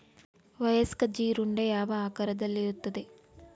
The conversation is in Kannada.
ವಯಸ್ಕ ಜೀರುಂಡೆ ಯಾವ ಆಕಾರದಲ್ಲಿರುತ್ತದೆ?